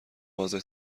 واضح